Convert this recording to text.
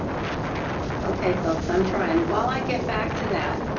okay folks i'm trying. while i get back to that